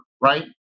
right